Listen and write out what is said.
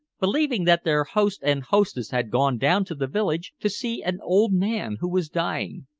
believing that their host and hostess had gone down to the village to see an old man who was dying.